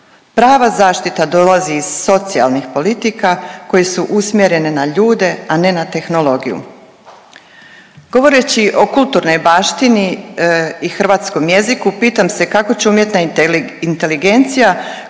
Prava zaštita dolazi iz socijalnih politika koje su usmjerene na ljude, a ne na tehnologiju. Govoreći o kulturnoj baštini i hrvatskom jeziku, pitam se kako će umjetna inteligencija